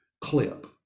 clip